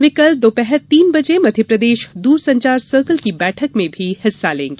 वे कल दोपहर तीन बजे मध्यप्रदेश दूरसंचार सर्किल की बैठक में भी हिस्सा लेंगी